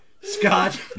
Scott